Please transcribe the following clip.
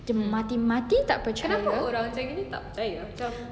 dia mati-mati tak percaya